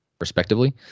respectively